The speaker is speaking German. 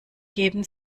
geben